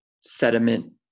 sediment